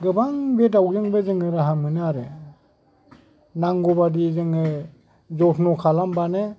गोबां बे दावजोंबो जोङो राहा मोनो आरो नांगौबादि जोङो जथन्न' खालामबानो